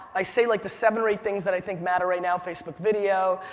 i say like the seven or eight things that i think matter right now, facebook video,